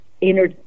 inner